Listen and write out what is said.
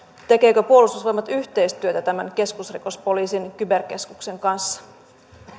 tekeekö puolustusvoimat yhteistyötä tämän keskusrikospoliisin kyberkeskuksen kanssa